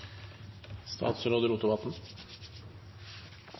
Statsråd